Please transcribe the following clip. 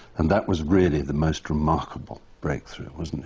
and that was really the most remarkable breakthrough, wasn't it?